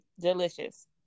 delicious